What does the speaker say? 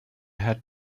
had